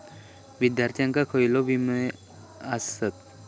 विद्यार्थ्यांका खयले विमे आसत?